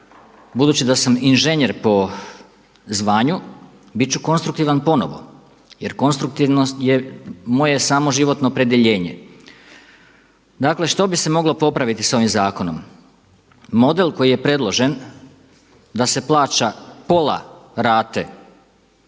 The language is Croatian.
budući da sam inženjer po zvanju, bit ću konstruktivan ponovo jer konstruktivnost je moje samoživotno opredjeljenje. Dakle što bi se moglo popraviti s ovim zakonom? Model koji je predložen da se plaća pola rate